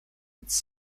its